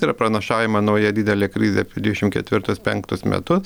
yra pranašaujama nauja didelė krizė apie dvidešimt ketvirtus penktus metus